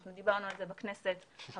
אנחנו דיברנו על זה בכנסת הקודמת.